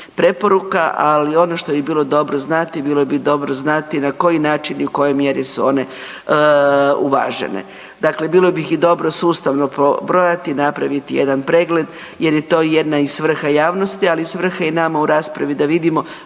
ali ono što bi bilo dobro znati, bilo bi dobro znati na koji način i u kojoj mjeri su one uvažene. Dakle, bilo bi ih i dobro sustavno pobrojati i napraviti jedan pregled jer je to i jedna i svrha javnosti ali i svrha i nama u raspravi da vidimo